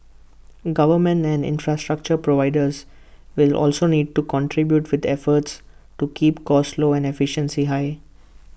governments and infrastructure providers will also need to contribute with efforts to keep costs low and efficiency high